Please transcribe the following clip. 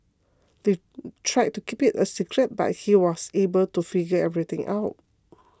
they tried to keep it a secret but he was able to figure everything out